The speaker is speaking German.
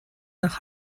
nach